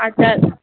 আচ্ছা